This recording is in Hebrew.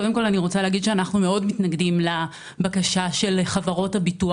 קודם כל אני רוצה להגיד שאנחנו מאוד מתנגדים לבקשה של חברות הביטוח.